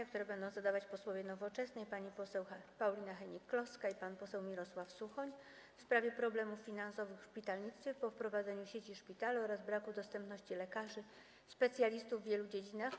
To pytanie będą zadawać posłowie Nowoczesnej, pani poseł Paulina Hennig-Kloska i pan poseł Mirosław Suchoń, w sprawie problemów finansowych w szpitalnictwie po wprowadzeniu sieci szpitali oraz braku dostępności lekarzy specjalistów w wielu dziedzinach.